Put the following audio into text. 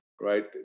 right